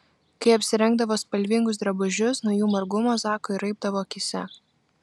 kai apsirengdavo spalvingus drabužius nuo jų margumo zakui raibdavo akyse